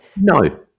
No